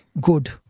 good